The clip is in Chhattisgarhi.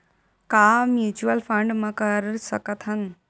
का म्यूच्यूअल फंड म कर सकत हन?